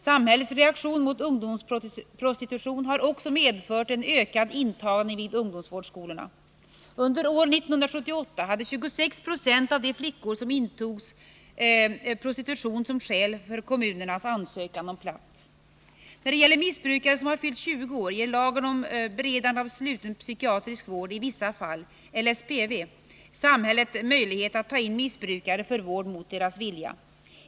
Samhällets reaktion mot ungdomsprostitutionen har också medfört en ökad intagning vid ungdomsvårdsskolorna. Under år 1978 angavs beträffande 26 96 av de flickor som intogs prostitution som skäl för kommunernas ansökan om plats. När det gäller missbrukare som har fyllt 20 år ger lagen om beredande av sluten psykiatrisk vård i vissa fall, LSPV, samhället möjlighet att ta in missbrukare för vård mot deras vilja.